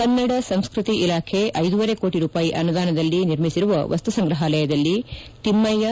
ಕನ್ನಡ ಸಂಸ್ಕೃತಿ ಇಲಾಖೆ ಐದೂವರೆ ಕೋಟ ರೂಪಾಯಿ ಅನುದಾನದಲ್ಲಿ ನಿರ್ಮಿಸಿರುವ ವಸ್ತು ಸಂಗ್ರಹಾಲಯದಲ್ಲಿ ತಿಮ್ನಯ್ಲಿ